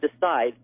decide